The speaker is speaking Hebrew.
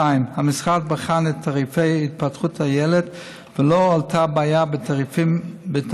המשרד בחן את תעריפי התפתחות הילד ולא עלתה בעיה בתעריפים.